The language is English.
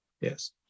Yes